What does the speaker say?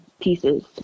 Pieces